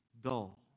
dull